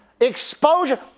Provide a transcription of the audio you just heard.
Exposure